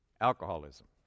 Alcoholism